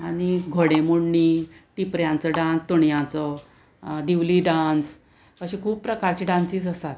आनी घोडेमोडणी टिपऱ्यांचो डांस तोणयांचो दिवली डांस अशें खूब प्रकारचे डांसीस आसात